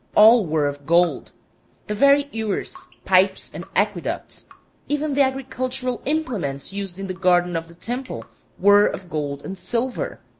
all were of gold the very ewers, pipes, and aqueducts even the agricultural implements used in the garden of the temple were of gold and silver.